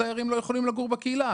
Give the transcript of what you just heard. הדיירים לא יכולים לגור בקהילה,